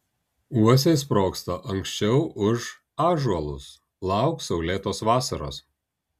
uosiai sprogsta anksčiau už ąžuolus lauk saulėtos vasaros